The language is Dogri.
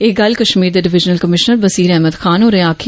एह् गल्ल कश्मीर दे डिवीजनल कमीशनर बशीर अहमद खान होरें आक्खी